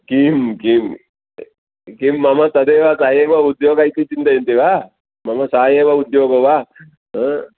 किं किं किं मम तदेव सः एव उद्योगः इति चिन्तयन्ति वा मम सः एव उद्योगो वा हा